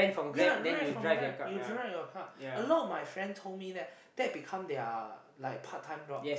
ya rent from the Grab you drive your car a lot of my friend told me that that become their like part time job